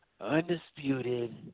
undisputed